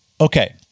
Okay